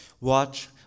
Watch